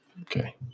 okay